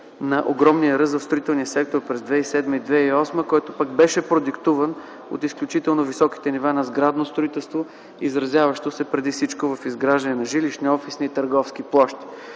на огромния ръст в строителния сектор през 2007-2008 г., който беше продиктуван от изключително високите нива на сградно строителство, изразяващо се преди всичко в изграждане на жилищни, офисни и търговски площи.